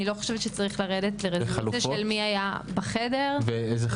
אני לא חושבת שצריך לרדת לרזולוציה של למי היה בחדר והשתתף.